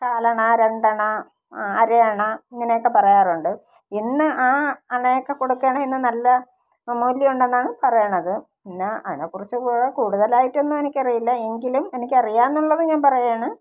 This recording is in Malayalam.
കാൽ അണ രണ്ടണ അരയണ ഇങ്ങനെയൊക്കെ പറയാറുണ്ട് ഇന്ന് ആ അണയൊക്കെ കൊടുക്കുകയാണേൽ ഇന്ന് നല്ല മൂല്യമുണ്ടെന്നാണ് പറയണത് പിന്നെ അതിനെ കുറിച്ച് കൂടുതൽ കൂടുതലായിട്ടൊന്നും എനിക്കറിയില്ല എങ്കിലും എനിക്ക് അറിയാമെന്നുള്ളത് ഞാൻ പറയുകയാണ്